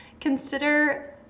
consider